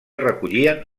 recollien